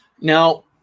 Now